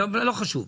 אבל לא חשוב.